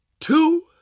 two